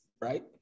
right